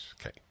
Okay